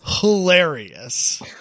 hilarious